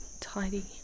tidy